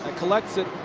ah collects it.